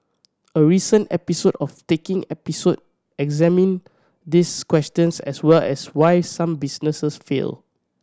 a recent episode of Taking Episode examined this question as well as why some businesses fail